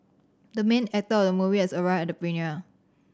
the main actor of the movie has arrived at the premiere